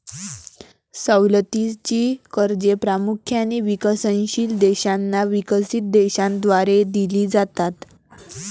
सवलतीची कर्जे प्रामुख्याने विकसनशील देशांना विकसित देशांद्वारे दिली जातात